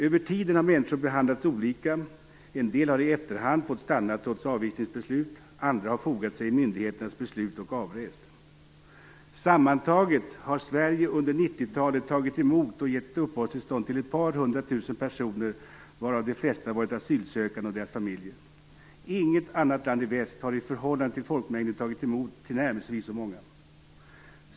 Över tiden har människor behandlats olika. En del har i efterhand fått stanna trots avvisningsbeslut, och andra har fogat sig i myndigheternas beslut och avrest. Sammantaget har Sverige under 90-talet tagit emot och gett uppehållstillstånd till ett par hundra tusen personer, varav de flesta varit asylsökande och deras familjer. Inget annat land i väst har i förhållande till folkmängden tagit emot tillnärmelsevis så många.